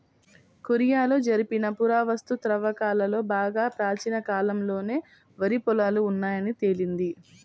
కొరియాలో జరిపిన పురావస్తు త్రవ్వకాలలో బాగా ప్రాచీన కాలంలోనే వరి పొలాలు ఉన్నాయని తేలింది